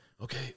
okay